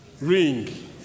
ring